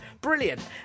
Brilliant